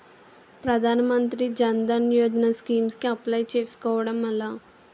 ప్రధాన మంత్రి జన్ ధన్ యోజన స్కీమ్స్ కి అప్లయ్ చేసుకోవడం ఎలా?